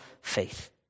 faith